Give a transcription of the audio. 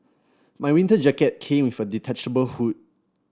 my winter jacket came with a detachable hood